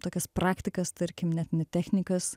tokias praktikas tarkim net ne technikas